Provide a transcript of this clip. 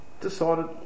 decided